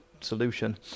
solution